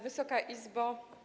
Wysoka Izbo!